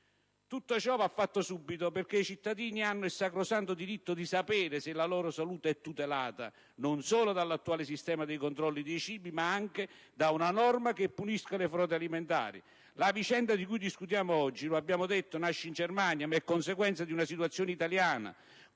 Tutto ciò va fatto subito, perché i cittadini hanno il sacrosanto diritto di sapere se la loro salute è tutelata, non solo dall'attuale sistema dei controlli dei cibi, ma anche da una norma che punisca le frodi alimentari! La vicenda di cui discutiamo qui oggi, lo abbiamo detto, nasce in Germania ma è conseguenza di una situazione italiana: